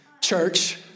church